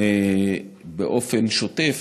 באופן שוטף,